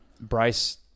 Bryce